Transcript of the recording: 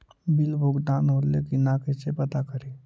Bill भुगतान होले की न कैसे पता करी?